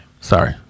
Sorry